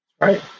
Right